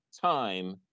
time